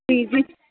جی جی